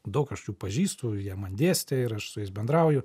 daug aš jų pažįstu jie man dėstė ir aš su jais bendrauju